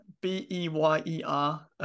B-E-Y-E-R